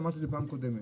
אמרתי את זה פעם קודמת,